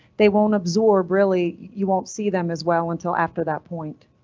they won't absorb really. you won't see them as well until after that point.